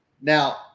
now